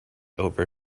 over